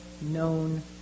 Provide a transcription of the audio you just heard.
known